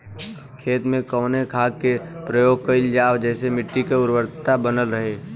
खेत में कवने खाद्य के प्रयोग कइल जाव जेसे मिट्टी के उर्वरता बनल रहे?